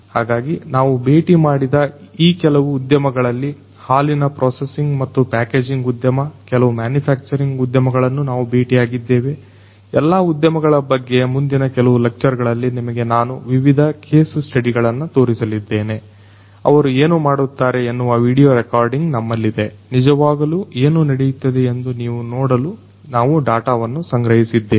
ಹಾಗಾಗಿ ನಾವು ಭೇಟಿ ಮಾಡಿದ ಈ ಕೆಲವು ಉದ್ಯಮಗಳಲ್ಲಿ ಹಾಲಿನ ಪ್ರೊಸೆಸಿಂಗ್ ಮತ್ತು ಪ್ಯಾಕೇಜಿಂಗ್ ಉದ್ಯಮ ಕೆಲವು ಮ್ಯಾನುಫ್ಯಾಕ್ಚರಿಂಗ್ ಉದ್ಯಮಗಳನ್ನು ನಾವು ಭೇಟಿಯಾಗಿದ್ದೇವೆ ಎಲ್ಲಾ ಉದ್ಯಮಗಳ ಬಗ್ಗೆ ಮುಂದಿನ ಕೆಲವು ಲೆಕ್ಚರ್ ಗಳಲ್ಲಿ ನಿಮಗೆ ನಾನು ವಿವಿಧ ಕೇಸ್ ಸ್ಟಡಿ ಗಳನ್ನು ತೋರಿಸಲಿದ್ದೇನೆ ಅವರು ಏನು ಮಾಡುತ್ತಾರೆ ಎನ್ನುವ ವಿಡಿಯೋ ರೆಕಾರ್ಡಿಂಗ್ ನಮ್ಮಲ್ಲಿದೆ ನಿಜವಾಗಲೂ ಏನು ನಡೆಯುತ್ತದೆ ಎಂದು ನೀವು ನೋಡಲು ನಾವು ಡಾಟಾವನ್ನು ಸಂಗ್ರಹಿಸಿದ್ದೇವೆ